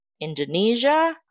Indonesia